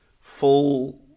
full